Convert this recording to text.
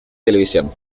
televisión